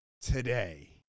today